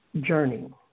journey